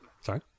Sorry